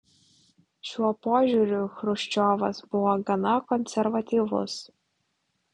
šiuo požiūriu chruščiovas buvo gana konservatyvus